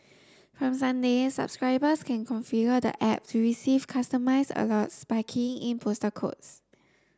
from Sunday subscribers can configure the app to receive customised alerts by keying in postal codes